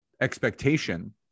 expectation